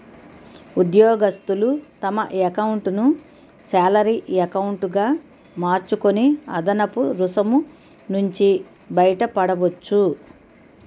ఉద్యోగస్తులు తమ ఎకౌంటును శాలరీ ఎకౌంటు గా మార్చుకొని అదనపు రుసుము నుంచి బయటపడవచ్చు